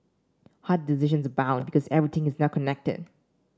hard decisions abound because everything is now connected